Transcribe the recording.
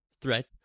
threat